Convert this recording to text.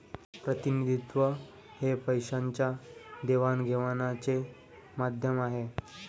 प्रतिनिधित्व हे पैशाच्या देवाणघेवाणीचे माध्यम आहे